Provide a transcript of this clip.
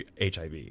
HIV